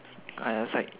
I was like